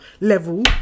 level